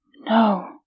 No